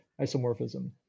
isomorphism